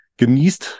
genießt